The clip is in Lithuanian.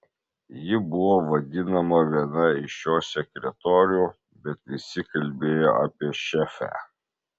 ji buvo vadinama viena iš jo sekretorių bet visi kalbėjo apie šefę